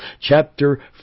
chapter